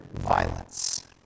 violence